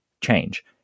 change